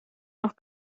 noch